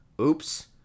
Oops